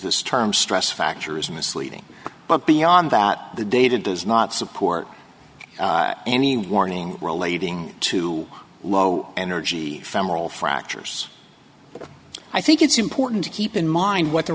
this term stress factor is misleading but beyond that the data does not support any warning relating to low energy femoral fractures i think it's important to keep in mind what the